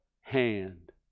hand